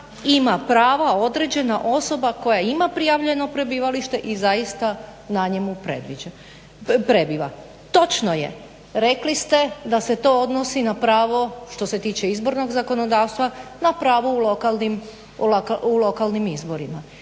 ima prava određena osoba koja ima prijavljeno prebivalište i zaista na njemu prebiva. Točno je. Rekli ste da se to odnosi na pravo što se tiče izbornog zakonodavstva na pravo u lokalnim izborima.